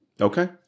Okay